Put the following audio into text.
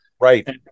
Right